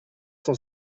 cent